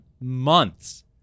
months